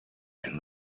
and